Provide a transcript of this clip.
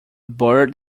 bird